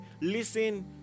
listen